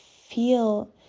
feel